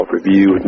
Review